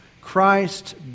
Christ